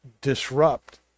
disrupt